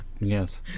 Yes